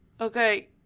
Okay